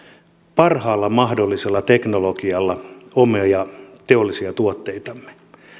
parhaalla mahdollisella teknologialla omia teollisia tuotteitamme